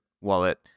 wallet